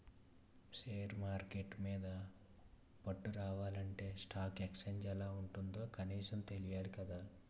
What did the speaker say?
share market మీద పట్టు రావాలంటే స్టాక్ ఎక్సేంజ్ ఎలా ఉంటుందో కనీసం తెలియాలి కదా